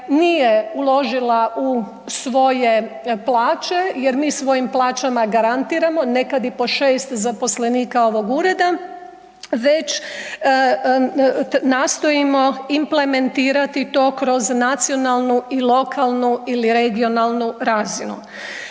nije uložila u svoje plaće jer mi svojim plaćama garantiramo, nekad i po 6 zaposlenika ovog ureda, već nastojimo implementirati to kroz nacionalnu i lokalnu ili regionalnu razinu.